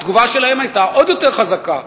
התגובה שלהם היתה עוד יותר חזקה,